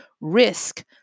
risk